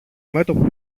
μέτωπο